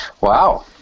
Wow